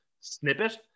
snippet